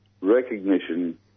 Recognition